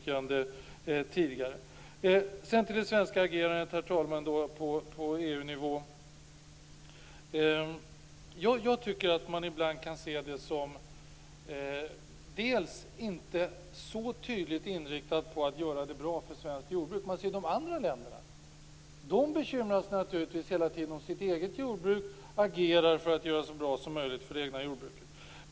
De andra länderna bekymrar sig naturligtvis hela tiden om sitt eget jordbruk och agerar för att göra det som bra som möjligt för det egna jordbruket. Jag tycker att man ibland kan se det som inte så tydligt inriktat på att göra det bra för svenskt jordbruk. De andra länderna bekymrar sig naturligtvis hela tiden om sitt eget jordbruk och agerar för att göra det så bra som möjligt för det egna jordbruket.